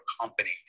company